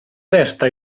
testa